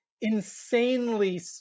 insanely